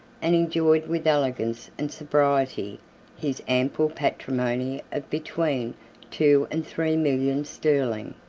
and enjoyed with elegance and sobriety his ample patrimony of between two and three millions sterling.